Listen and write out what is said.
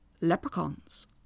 Leprechauns